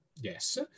yes